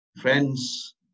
friends